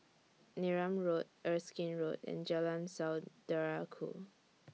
Neram Road Erskine Road and Jalan Saudara Ku